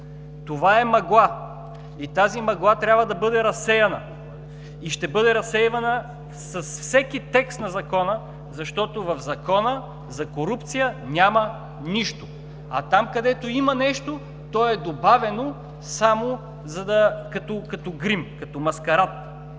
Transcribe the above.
Това е мъгла и тази мъгла трябва да бъде разсеяна, и ще бъде разсейвана с всеки текст на Закона, защото в Закона за корупцията няма нищо. А там, където има нещо, то е добавяно само като грим, като маскарад.